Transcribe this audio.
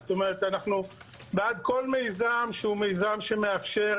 אנחנו בעד כל מיזם שהוא מיזם שמאפשר